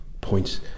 points